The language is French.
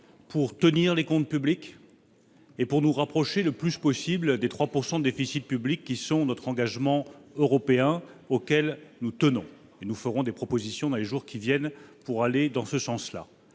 pour tenir les comptes publics et pour nous rapprocher le plus possible des 3 % de déficit public- c'est notre engagement européen et nous y tenons. Nous ferons des propositions, dans les jours qui viennent, pour aller dans ce sens.